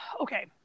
okay